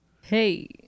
Hey